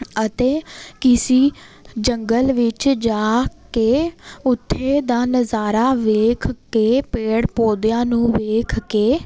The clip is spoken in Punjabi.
ਅਤੇ ਕਿਸੀ ਜੰਗਲ ਵਿੱਚ ਜਾ ਕੇ ਉੱਥੇ ਦਾ ਨਜ਼ਾਰਾ ਵੇਖ ਕੇ ਪੇੜ ਪੌਦਿਆਂ ਨੂੰ ਵੇਖ ਕੇ